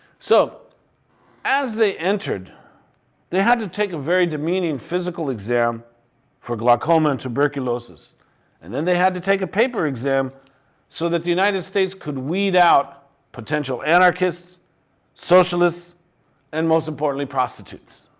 so as they entered they had to take a very demeaning physical exam for glaucoma and tuberculosis and then they had to take a paper exam so that the united states could weed out potential anarchists socialists and most importantly prostitutes